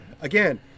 again